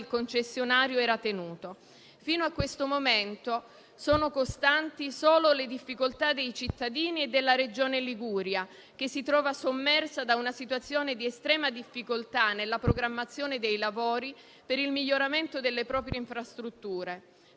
concessionario era tenuto. Fino a questo momento sono costanti solo le difficoltà dei cittadini e della Regione Liguria, che si trova sommersa da una situazione di estrema difficoltà nella programmazione dei lavori per il miglioramento delle proprie infrastrutture,